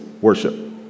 worship